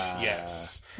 Yes